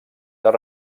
per